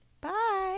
Bye